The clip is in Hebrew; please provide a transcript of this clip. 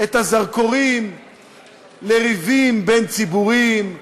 את הזרקורים לריבים בין ציבורים,